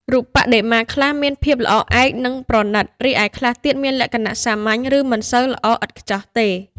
រូបបដិមា ខ្លះមានភាពល្អឯក និងប្រណិត រីឯខ្លះទៀតមានលក្ខណៈសាមញ្ញ ឬមិនសូវល្អឥតខ្ចោះទេ។